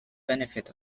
benefit